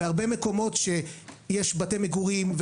בהרבה מקומות יש בבתי מגורים,